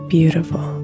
Beautiful